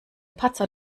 patzer